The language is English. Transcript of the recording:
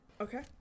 Okay